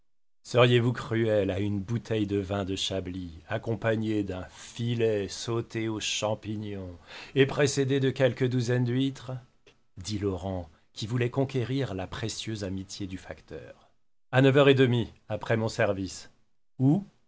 seriez-vous cruel à une bouteille de vin de chablis accompagnée d'un filet sauté aux champignons et précédée de quelques douzaines d'huîtres dit laurent qui voulait conquérir la précieuse amitié du facteur à neuf heures et demie après mon service où